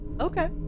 Okay